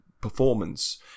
performance